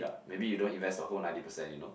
maybe you don't invest the whole ninety percent you know